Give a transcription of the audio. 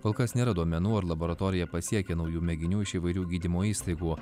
kol kas nėra duomenų ar laboratorija pasiekė naujų mėginių iš įvairių gydymo įstaigų